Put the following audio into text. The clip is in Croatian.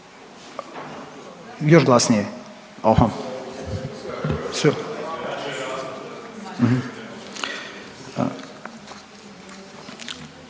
Hvala.